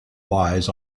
lies